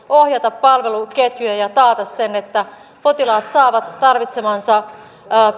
ohjata palveluketjuja ja taata sen että potilaat saavat tarvitsemansa